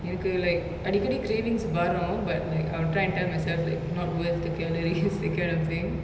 எனக்கு:enaku like அடிக்கடி:adikadi cravings வரு:varu but like I'll try to tell myself like not worth the calories that kind of thing